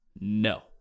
no